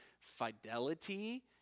fidelity